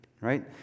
right